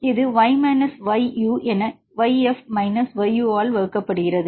இது y minus YU என yF minus YU ஆல் வகுக்கப்படுகிறது